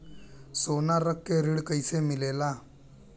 सोना रख के ऋण कैसे मिलेला?